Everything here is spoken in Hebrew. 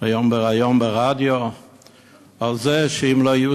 היום בריאיון ברדיו על זה שאם לא יהיו